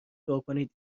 دعاکنید